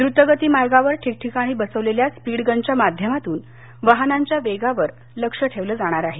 द्रुतगती मार्गावर ठिकठिकाणी बसवलेल्या स्पीडगनच्या माध्यमातून वाहनांच्या वेगावर लक्ष ठेवता येणार आहे